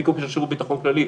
בלי כל קשר לשירות ביטחון כללי,